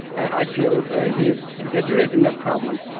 i feel he's exaggerating that problem.